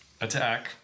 attack